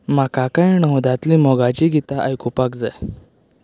म्हाका कांय णव्वदांतलीं मोगाचीं गीतां आयकुपाक जाय